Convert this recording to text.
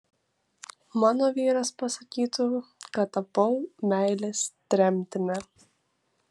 mano vyras pasakytų kad tapau meilės tremtine